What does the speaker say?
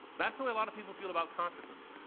that's the way a lot of people feel about consciousness.